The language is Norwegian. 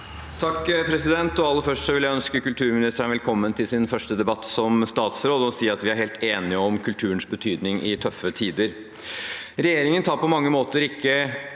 (H) Først vil jeg ønske kulturministeren velkommen til hennes første debatt som statsråd og si at vi er helt enige om kulturens betydning i tøffe tider. Regjeringen tar på mange måter ikke